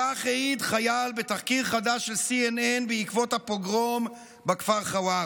כך העיד חייל בתחקיר חדש של CNN בעקבות הפוגרום בכפר חווארה.